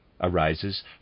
arises